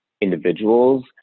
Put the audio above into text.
individuals